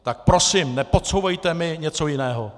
Tak prosím nepodsouvejte mi něco jiného.